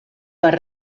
per